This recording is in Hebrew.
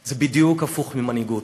זה בדיוק הפוך ממנהיגות,